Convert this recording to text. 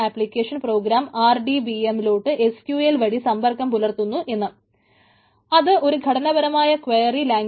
അതായത് SQL